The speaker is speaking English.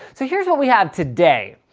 so here's what we have today.